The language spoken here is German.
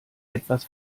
etwas